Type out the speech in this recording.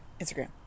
Instagram